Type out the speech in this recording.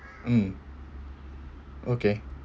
mm okay